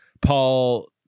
Paul